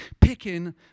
picking